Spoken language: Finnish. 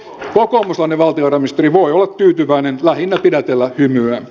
kokoomuslainen valtiovarainministeri voi olla tyytyväinen lähinnä pidätellä hymyään